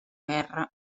guerra